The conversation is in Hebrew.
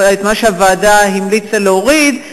שהוועדה המליצה להוריד,